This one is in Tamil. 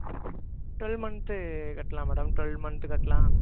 ட்வல் மன்த்து கட்டலாம் மேடம் ட்வல் மன்த்து கட்டலாம்